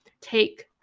take